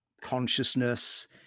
consciousness